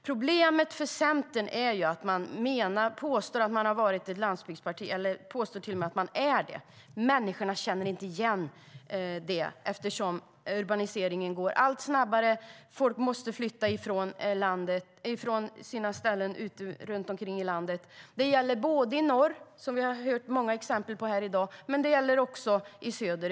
Problemet för Centern är att man påstår att man har varit ett landsbygdsparti eller påstår till och med att man är det. Människor känner inte igen det, eftersom urbaniseringen går allt snabbare och folk måste flytta från sina ställen runt om i landet. Det gäller både i norr, som vi har hört många exempel på här i dag, och även i söder.